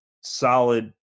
solid